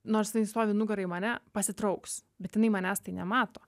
nors jinai stovi nugara į mane pasitrauks bet jinai manęs tai nemato